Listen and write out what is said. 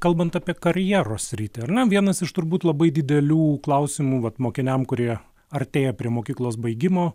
kalbant apie karjeros sritį ar ne vienas iš turbūt labai didelių klausimų vat mokiniam kurie artėja prie mokyklos baigimo